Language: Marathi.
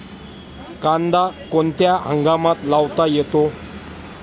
कांदा कोणत्या हंगामात लावता येतो?